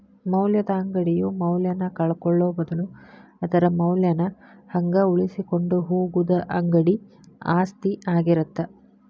ಮೌಲ್ಯದ ಅಂಗಡಿಯು ಮೌಲ್ಯನ ಕಳ್ಕೊಳ್ಳೋ ಬದ್ಲು ಅದರ ಮೌಲ್ಯನ ಹಂಗ ಉಳಿಸಿಕೊಂಡ ಹೋಗುದ ಅಂಗಡಿ ಆಸ್ತಿ ಆಗಿರತ್ತ